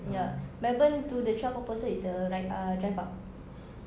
ya melbourne to the twelve apostles is the ride uh drive up